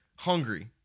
Hungry